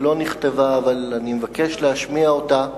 שלא נכתבה אבל אני מבקש להשמיע אותה,